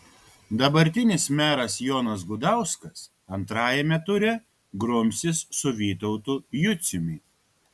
dabartinis meras jonas gudauskas antrajame ture grumsis su vytautu juciumi